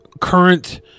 current